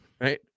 Right